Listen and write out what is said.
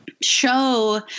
Show